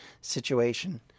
situation